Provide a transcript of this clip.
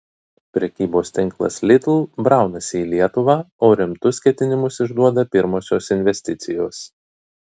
prekybos tinklas lidl braunasi į lietuvą o rimtus ketinimus išduoda pirmosios investicijos